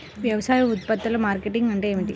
వ్యవసాయ ఉత్పత్తుల మార్కెటింగ్ అంటే ఏమిటి?